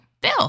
Bill